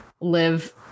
live